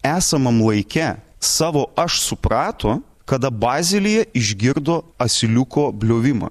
esamam laike savo aš suprato kada bazelyje išgirdo asiliuko bliovimą